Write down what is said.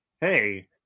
hey